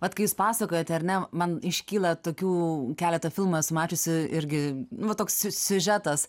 vat kai jūs pasakojote ar ne man iškyla tokių keletą filmų esu mačiusi irgi va toks siu siužetas